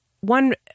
one